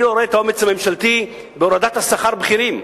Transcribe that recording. אני לא רואה את האומץ הממשלתי בהורדת שכר בכירים.